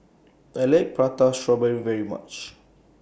I like Prata Strawberry very much